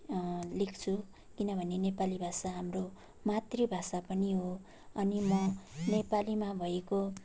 लेख्छु किनभने नेपाली भाषा हाम्रो मातृभाषा पनि हो अनि म नेपालीमा भएको